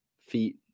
feet